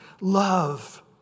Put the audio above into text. love